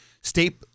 state